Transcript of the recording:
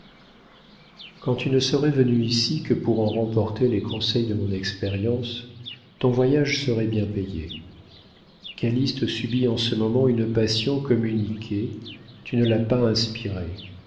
quand tu ne serais venue ici que pour en remporter les conseils de mon expérience ton voyage serait bien payé calyste subit en ce moment une passion communiquée tu ne l'as pas inspirée